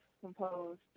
composed